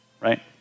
right